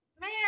Man